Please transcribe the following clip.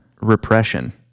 repression